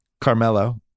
Carmelo